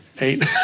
Eight